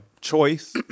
choice